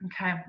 Okay